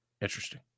Interesting